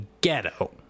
ghetto